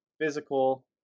physical